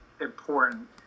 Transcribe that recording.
important